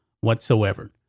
whatsoever